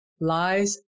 Lies